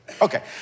Okay